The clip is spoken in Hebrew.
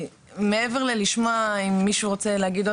מעבר ללשמוע אם מישהו רוצה להגיד עוד